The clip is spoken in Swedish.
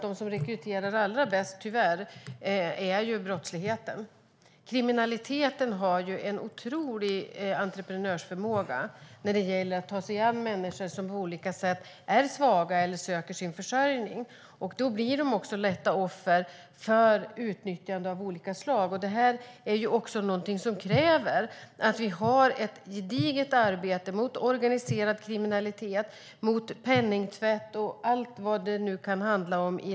De som rekryterar allra bäst är tyvärr brottsligheten. Kriminaliteten har en otrolig entreprenörsförmåga när det gäller att ta sig an människor som på olika sätt är svaga eller söker sin försörjning. De blir lätta offer för utnyttjande av olika slag. Detta kräver att vi har ett gediget arbete mot organiserad kriminalitet, mot penningtvätt och allt vad det nu kan handla om.